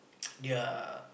their